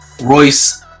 Royce